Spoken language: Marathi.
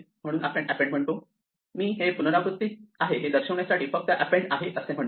म्हणून आपण अँपेन्ड म्हणतो मी हे पुनरावृत्ती चे आहे हे दर्शवण्यासाठी फक्त अँपेन्ड आहे म्हणतो